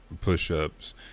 push-ups